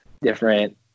different